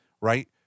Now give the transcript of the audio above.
right